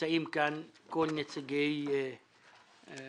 ונמצאים כאן כל נציגי הציבור,